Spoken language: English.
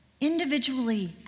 individually